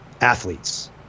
athletes